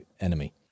enemy